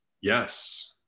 yes